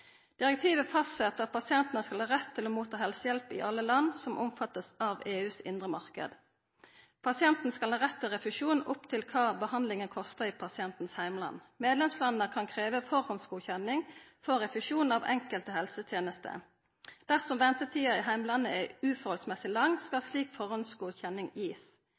Direktivet fastsett at pasientane skal ha rett til å få helsehjelp i alle land som vert omfatta av den indre marknaden i EU. Pasientane skal ha rett til refusjon opp til kva behandlinga kostar i pasienten sitt heimland. Medlemslanda kan krevja førehandsgodkjenning for refusjon av enkelte helsetenester. Dersom ventetida i heimlandet er etter måten for lang, skal slik